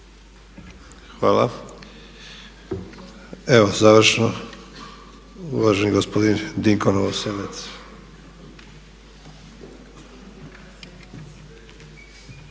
Hvala. Evo završno uvaženi gospodin Dinko Novoselec.